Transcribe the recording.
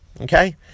okay